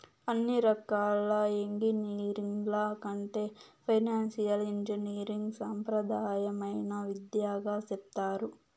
అన్ని రకాల ఎంగినీరింగ్ల కంటే ఫైనాన్సియల్ ఇంజనీరింగ్ సాంప్రదాయమైన విద్యగా సెప్తారు